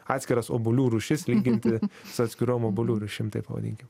atskiras obuolių rūšis lyginti su atskirom obuolių rūšim taip pavadinkim